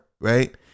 right